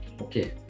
Okay